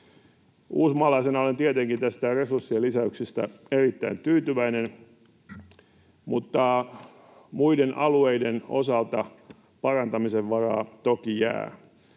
Uusmaalaisena olen tietenkin tästä resurssien lisäyksestä erittäin tyytyväinen, mutta muiden alueiden osalta parantamisen varaa toki jää.